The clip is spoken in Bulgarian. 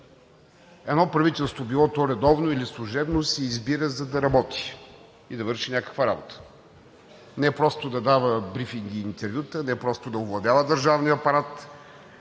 едно правителство – било то редовно или служебно, се избира, за да работи, да върши някаква работа, не просто да дава брифинги и интервюта, не просто да оглавява държавния апарат,